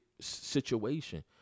situation